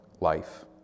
life